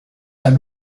and